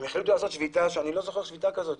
הם החליטו לעשות שביתה שאני לא זוכר שביתה כזאת.